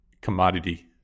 Commodity